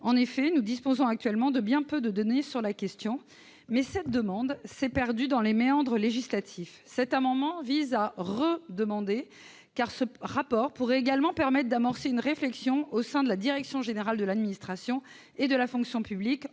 En effet, nous disposons actuellement de bien peu de données sur la question. Mais cette demande s'est perdue dans les méandres législatifs. Cet amendement vise à réitérer cette demande, car un tel rapport permettrait également d'amorcer une réflexion au sein de la direction générale de l'administration et de la fonction publique,